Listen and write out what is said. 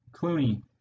Clooney